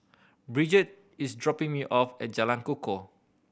Bridget is dropping me off at Jalan Kukoh